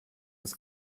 ist